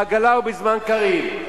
בעגלא ובזמן קריב.